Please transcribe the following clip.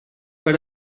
per